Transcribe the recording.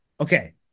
okay